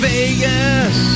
Vegas